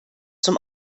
zum